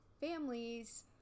families